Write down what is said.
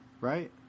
right